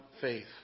faith